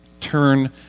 turn